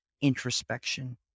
introspection